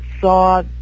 saw